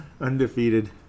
Undefeated